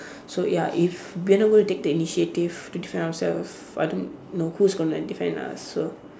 so ya if we are not gonna take the initiative to defend ourselves I don't know who's gonna defend us so